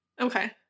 Okay